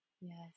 Yes